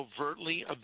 overtly